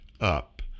up